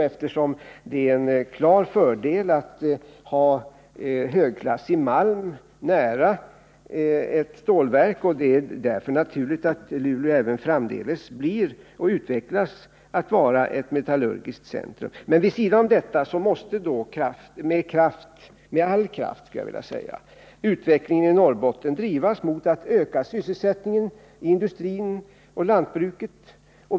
Eftersom det är en klar fördel att ha högklassig malm nära ett stålverk, är det naturligt att Luleå även framdeles blir och utvecklas till att vara ett metallurgiskt centrum. Men vid sidan om det måste med all kraft utvecklingen i Norrbotten drivas mot att öka sysselsättningen i industrin och i lantbruket.